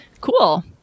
Cool